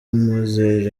mowzey